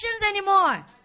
anymore